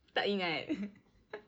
tak ingat